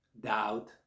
doubt